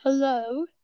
Hello